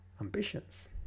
Ambitions